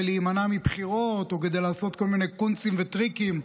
להימנע מבחירות או כדי לעשות כל מיני קונצים וטריקים.